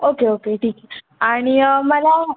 okay okay ठीक आणि मला